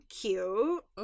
cute